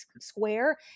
square